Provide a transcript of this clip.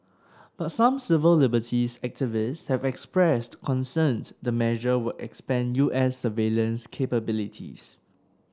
but some civil liberties activists have expressed concern the measure would expand U S surveillance capabilities